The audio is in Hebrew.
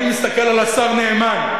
אני מסתכל על השר נאמן,